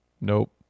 Nope